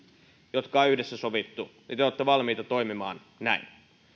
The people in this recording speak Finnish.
jotka on yhdessä sovittu te olette valmiita toimimaan näin